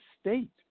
state